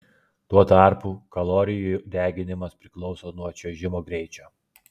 tuo tarpu kalorijų deginimas priklauso nuo čiuožimo greičio